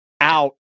out